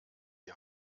die